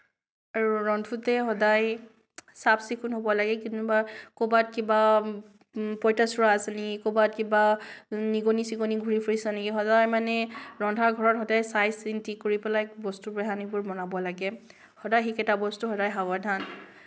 আৰু ৰন্ধোতে সদায় চাফ চিকুণ হ'ব লাগে কোনোবা ক'ৰবাত কিবা পঁইতাচোৰা আছে নেকি ক'ৰবাত কিবা নিগনি চিগনি ঘূৰি ফুৰিছে নেকি সদায় মানে ৰন্ধা ঘৰত সদায় চাই চিন্তি পেলাই বস্তু বাহিনীবোৰ বনাব লাগে সদায় সেইকেইটা বস্তু সদায় সাৱধান